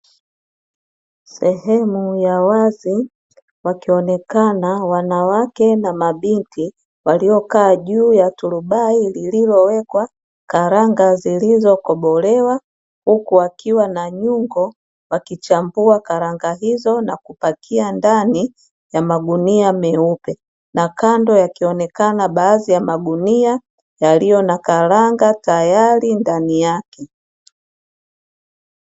Sehemu ya wazi wakionekana wanawake na mabinti waliokaa juu ya turubai lililowekwa karanga zilizokobolewa, huku wakiwa na nyungo wakichambua karanga hizo na kupakia ndani ya magunia meupe, na kando yakionekana baadhi ya magunia yaliyo na karanga tayari ndani yake.